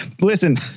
Listen